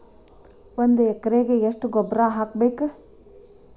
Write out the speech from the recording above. ಒಂದ್ ಎಕರೆಗೆ ಎಷ್ಟ ಗೊಬ್ಬರ ಹಾಕ್ಬೇಕ್?